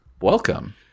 Welcome